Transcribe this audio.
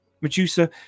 Medusa